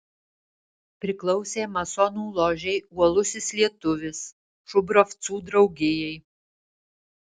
priklausė masonų ložei uolusis lietuvis šubravcų draugijai